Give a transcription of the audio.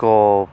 coupe